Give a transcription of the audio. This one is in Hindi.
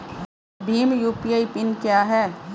भीम यू.पी.आई पिन क्या है?